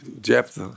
Jeff